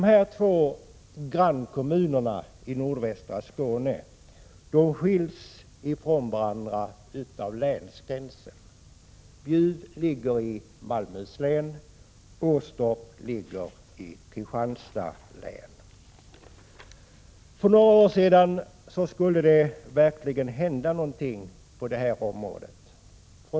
Dessa två grannkommuner i nordvästra Skåne skiljs ifrån varandra av länsgränsen. Bjuv ligger i Malmöhus län, Åstorp ligger i Kristianstads län. För några år sedan skulle det verkligen hända någonting på detta område.